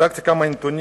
בדקתי כמה נתונים,